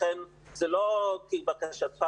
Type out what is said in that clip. לכן זה לא כבקשתך,